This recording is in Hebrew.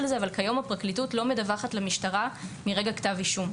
זה לא מדווחת למשטרה מרגע כתב אישום.